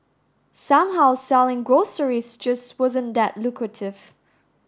somehow selling groceries just wasn't that lucrative